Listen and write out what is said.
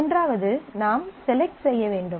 மூன்றாவது நாம் செலக்ட் செய்ய வேண்டும்